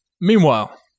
Meanwhile